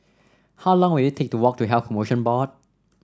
how long will it take to walk to Health Promotion Board